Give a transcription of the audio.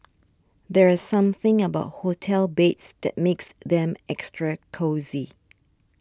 there's something about hotel beds that makes them extra cosy